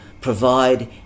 provide